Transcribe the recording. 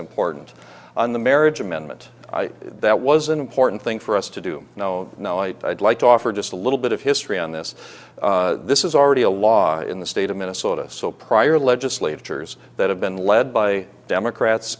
important on the marriage amendment that was an important thing for us to do now i'd like to offer just a little bit of history on this this is already a law in the state of minnesota so prior legislatures that have been led by democrats